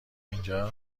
اینجا